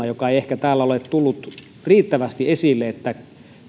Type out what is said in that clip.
joka ei ehkä täällä ole tullut riittävästi esille että